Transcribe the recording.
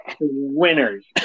winners